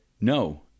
no